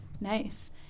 Nice